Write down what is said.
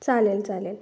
चालेल चालेल